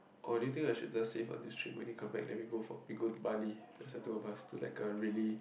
or do you think we should just save for this trip when you come back then we go for we go Bali just the two of us to like a really